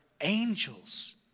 angels